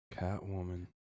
Catwoman